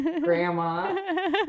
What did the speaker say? grandma